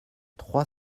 trois